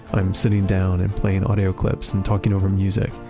i'm sitting down and playing audio clips and talking over music.